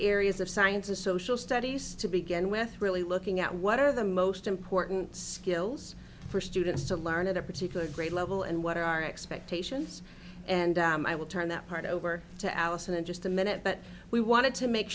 areas of science and social studies to begin with really looking at what are the most important skills for students to learn at a particular grade level and what are our expectations and i will turn that part over to allison in just a minute but we wanted to make